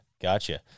Gotcha